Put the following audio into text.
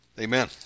Amen